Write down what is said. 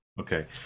okay